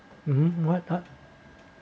um what what